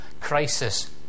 crisis